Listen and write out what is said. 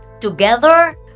Together